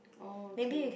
oh okay